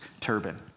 turban